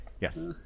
Yes